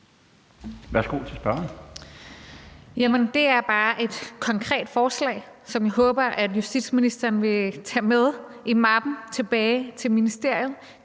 Rosa Lund (EL): Jamen det er bare et konkret forslag, som jeg håber at justitsministeren vil tage med i mappen tilbage til ministeriet